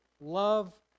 Love